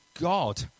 God